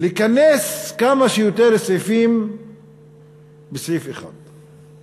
לכנס כמה שיותר סעיפים בסעיף אחד.